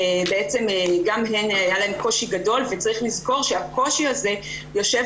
גם להן היה קושי גדול וצריך לזכור שהקושי הזה יושב